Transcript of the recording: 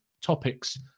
topics